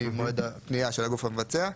ממועד פנייתו של הגוף המבצע.